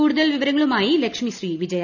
കൂടുതൽ വിവരങ്ങളുമായി ലക്ഷ്മി ശ്രീവിജയ